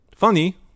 Funny